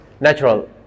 Natural